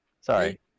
Sorry